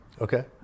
Okay